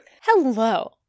Hello